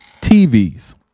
TVs